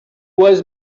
was